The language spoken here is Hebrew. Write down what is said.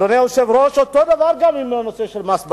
אדוני היושב-ראש, אותו דבר גם עם מס הבצורת.